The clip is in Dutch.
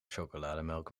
chocolademelk